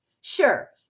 Sure